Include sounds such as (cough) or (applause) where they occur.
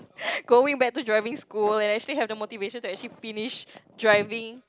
(laughs) going back to driving school and actually have the motivation to actually finish driving